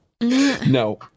No